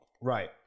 Right